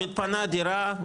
מתפנה דירה,